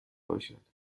باشد